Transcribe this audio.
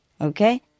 Okay